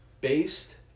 based